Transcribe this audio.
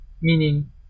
meaning